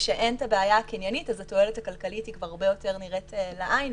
כשאין את הבעיה הקניינית אז התועלת הכלכלית כבר הרבה יותר נראית לעין,